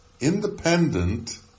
independent